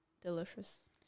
delicious